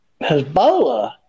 Hezbollah